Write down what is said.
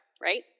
right